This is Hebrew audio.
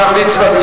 השר ליצמן,